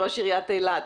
ראש עיריית אילת.